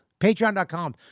Patreon.com